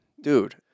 dude